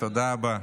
תודה רבה.